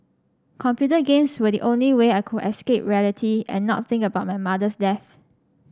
computer games were the only way I could escape reality and not think about my mother's death